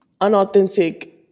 unauthentic